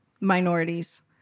minorities